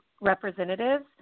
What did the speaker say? representatives